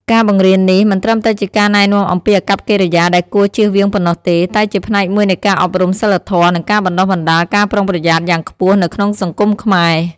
ការបង្រៀននេះមិនត្រឹមតែជាការណែនាំអំពីអាកប្បកិរិយាដែលគួរជៀសវាងប៉ុណ្ណោះទេ តែជាផ្នែកមួយនៃការអប់រំសីលធម៌ និងការបណ្ដុះបណ្ដាល ការប្រុងប្រយ័ត្ន យ៉ាងខ្ពស់នៅក្នុងសង្គមខ្មែរ។